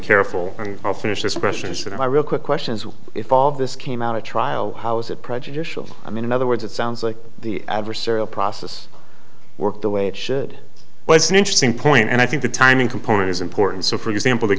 careful and i'll finish this question should i real quick questions if all of this came out at trial how is it prejudicial i mean in other words it sounds like the adversarial process worked the way it should was an interesting point and i think the timing component is important so for example the